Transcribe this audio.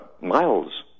miles